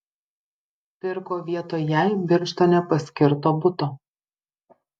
pirko vietoj jai birštone paskirto buto